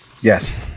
Yes